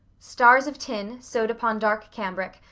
stars of tin, sewed upon dark cambric,